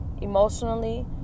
emotionally